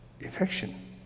affection